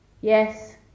Yes